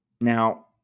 Now